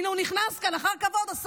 הינה, הוא נכנס לכאן אחר כבוד, השר,